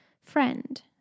friend